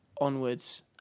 onwards